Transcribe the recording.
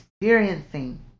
experiencing